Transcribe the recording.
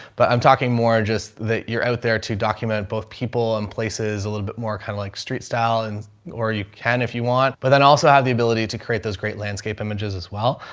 but i'm talking more just that you're out there to document both people in places a little bit more kind of like street style and, or you can, if you want, but then also have the ability to create those great landscape images as well.